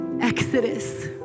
Exodus